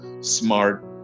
smart